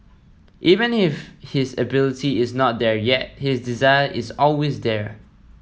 even if his ability is not there yet his desire is always there